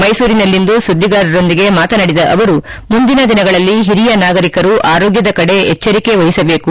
ಮೈಸೂರಿನಲ್ಲಿಂದು ಸುದ್ಗಾರರೊಂದಿಗೆ ಮಾತನಾಡಿದ ಅವರು ಮುಂದಿನ ದಿನಗಳಲ್ಲಿ ಓರಿಯ ನಾಗರಿಕರು ಆರೋಗ್ಬದ ಕಡೆ ಎಚ್ವರಿಕೆ ವಹಿಸಬೇಕು